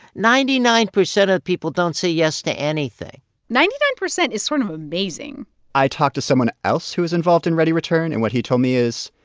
ninety-nine percent of people don't say yes to anything ninety-nine percent is sort of amazing i talked to someone else who was involved in readyreturn. and what he told me is,